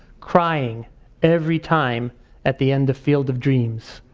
crying every time at the end of field of dreams.